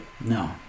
no